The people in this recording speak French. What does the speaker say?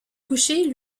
coucher